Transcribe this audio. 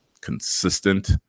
consistent